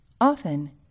Often